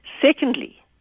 Secondly